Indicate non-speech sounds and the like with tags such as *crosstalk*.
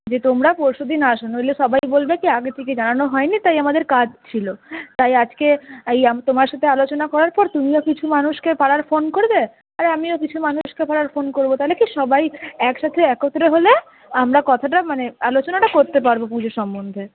যে তোমরা পরশুদিন আসো নইলে সবাই বলবে কী আগে থেকে জানানো হয়নি তাই আমাদের কাজ ছিল তাই আজকে এই *unintelligible* তোমার সাথে আলোচনা করার পর তুমিও কিছু মানুষকে পাড়ার ফোন করবে আর আমিও কিছু মানুষকে পাড়ার ফোন করব তাহলে কি সবাই একসাথে একত্রে হলে আমরা কথাটা মানে আলোচনাটা করতে পারব পুজোর সম্বন্ধে